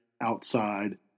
outside